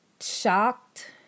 shocked